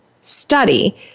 study